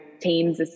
teams